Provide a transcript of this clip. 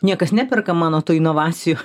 niekas neperka mano tų inovacijų